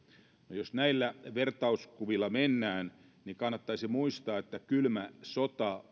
jos näillä vertauskuvilla mennään niin kannattaisi muistaa että kylmä sota